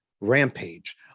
rampage